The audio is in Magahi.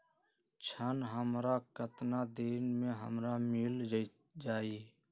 ऋण हमर केतना दिन मे हमरा मील जाई?